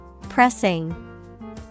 Pressing